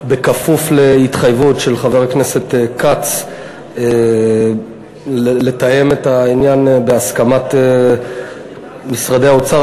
בכפוף להתחייבות של חבר הכנסת כץ לתאם את העניין עם משרדי האוצר,